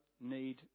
need